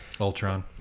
Ultron